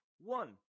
One